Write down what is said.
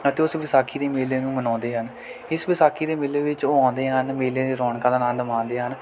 ਅਤੇ ਉਸ ਵਿਸਾਖੀ ਦੇ ਮੇਲੇ ਨੂੰ ਮਨਾਉਂਦੇ ਹਨ ਇਸ ਵਿਸਾਖੀ ਦੇ ਮੇਲੇ ਵਿੱਚ ਉਹ ਆਉਂਦੇ ਹਨ ਮੇਲੇ ਦੀ ਰੌਣਕਾਂ ਦਾ ਆਨੰਦ ਮਾਣਦੇ ਹਨ